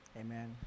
Amen